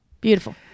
Beautiful